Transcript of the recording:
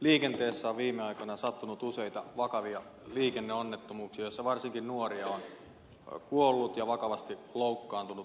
liikenteessä on viime aikoina sattunut useita vakavia liikenneonnettomuuksia joissa varsinkin nuoria on kuollut ja vakavasti loukkaantunut useita